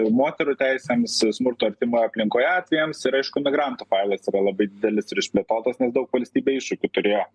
moterų teisėms smurto artimoje aplinkoje atvejams ir aišku migrantų failas yra labai didelis ir išplėtotas nes daug valstybė iššūkių turėjo